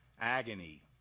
Agony